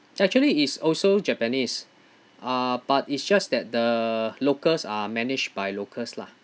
actually it's also japanese uh but it's just that the locals are managed by locals lah